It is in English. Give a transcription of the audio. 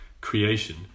creation